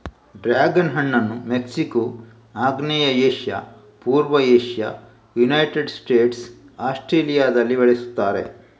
dragon ಹಣ್ಣನ್ನು Mexico, ಆಗ್ನೇಯ Asia, ಪೂರ್ವ ಏಷ್ಯಾ, ಯುನೈಟೆಡ್ ಸ್ಟೇಟ್ಸ್, ಆಸ್ಟ್ರೇಲಿಯಾದಲ್ಲಿ ಬೆಳೆಸುತ್ತಾರೆ